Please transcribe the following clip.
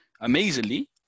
amazingly